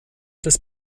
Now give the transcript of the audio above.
des